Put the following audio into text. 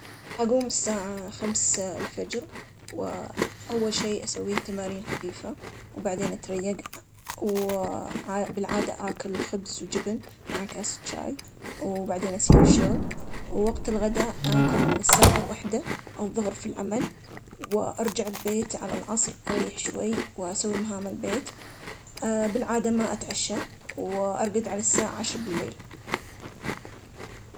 أنا قاعد عادة بين الستة والسبعة الصبح, وأبدأ يومي فطور خفيف, مثل, الخبز والبيض, خ- فطور خفيف لكنها مغذي, بعدين اشتغل أول ادرس, هذا يكون حوالي الوحداة الظهر, وأحب أرتاح بعدها, والمسا, أتعشى حوالي السبعة, واقضي وقت من- ع- الأهل, وانام عادة حوالي العشرة, أوحداعش ,هذا روتيني بشكل عام.